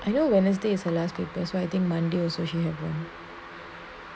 I know wednesday as her last papers riding monday or social haven